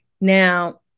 Now